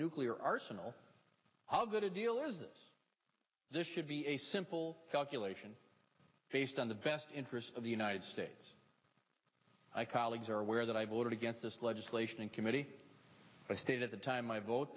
nuclear arsenal i'll get a deal is this this should be a simple calculation based on the best interest of the united states i colleagues are aware that i voted against this legislation in committee i stayed at the time i vote